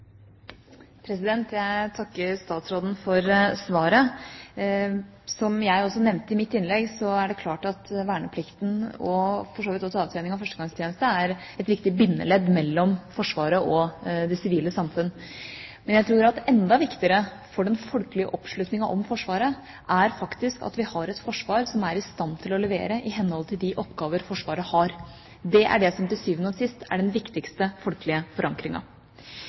det klart at verneplikten, og for så vidt også avtjening av førstegangstjenesten, er et viktig bindeledd mellom Forsvaret og det sivile samfunn. Men jeg tror at enda viktigere for den folkelige oppslutninga om Forsvaret er det at vi faktisk har et forsvar som er i stand til å levere i henhold til de oppgaver Forsvaret har. Det er det som til syvende og sist er den viktigste folkelige forankringa.